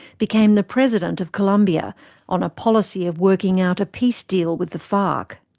became the president of colombia on a policy of working out a peace deal with the farc.